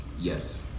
Yes